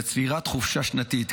וצבירת חופשה שנתית.